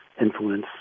influence